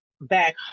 back